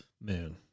moon